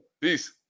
peace